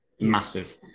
massive